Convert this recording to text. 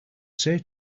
say